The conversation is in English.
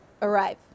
arrive